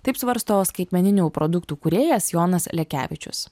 taip svarsto skaitmeninių produktų kūrėjas jonas lekevičius